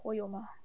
我有吗